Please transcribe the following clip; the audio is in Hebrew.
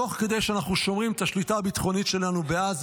תוך כדי שאנחנו שומרים את השליטה הביטחונית שלנו בעזה.